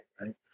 right